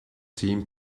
team